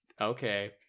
Okay